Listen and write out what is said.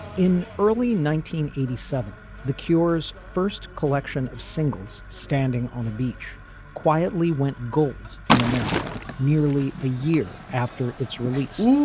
in early eighty seven the cure's first collection of singles standing on the beach quietly went gold in america nearly a year after its release.